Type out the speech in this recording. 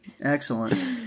excellent